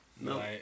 No